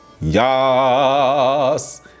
Yes